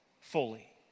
fully